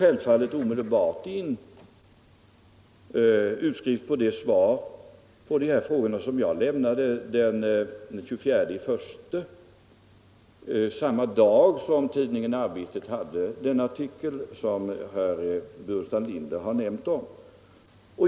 Självfallet tog jag omedelbart in utskrift av de svar på de här frågorna som lämnades den 24 januari — samma dag som tidningen Arbetet hade den artikel som herr Burenstam Linder har nämnt.